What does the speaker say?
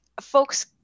Folks